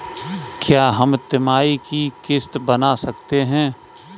क्या हम तिमाही की किस्त बना सकते हैं?